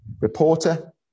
reporter